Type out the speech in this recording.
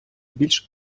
більш